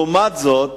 לעומת זאת,